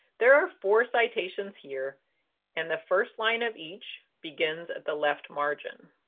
there are four citations here and the first line of each begins at the left margin.